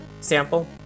sample